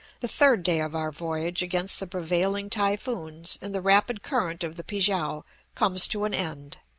the third day of our voyage against the prevailing typhoons and the rapid current of the pi-kiang, comes to an end,